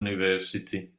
university